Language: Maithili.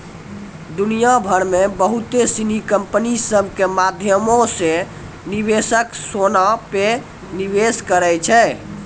दुनिया भरि मे बहुते सिनी कंपनी सभ के माध्यमो से निवेशक सोना पे निवेश करै छै